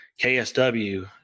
ksw